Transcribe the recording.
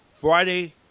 Friday